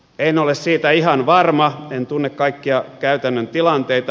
en ole siitä ihan varma en tunne kaikkia käytännön tilanteita